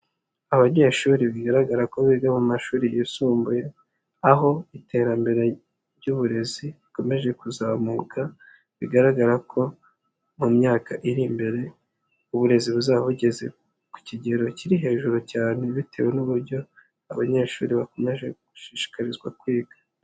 Abanyeshuri bigaragara ko biga mu mashuri yisumbuye, aho iterambere ry'uburezi rikomeje kuzamuka, bigaragara ko mu myaka iri imbere, uburezi buzaba bugeze ku kigero kiri hejuru cyane bitewe n'uburyo abanyeshuri bakomeje gushishikarizwa kwiga.